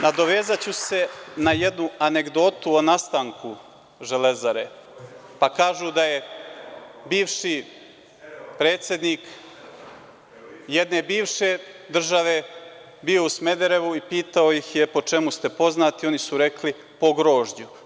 Nadovezaću se na jednu anegdotu o nastanku „Železare“, pa kažu da je bivši predsednik jedne bivše države bio u Smederevu i pitao ih je - po čemu ste poznati, oni su rekli - po grožđu.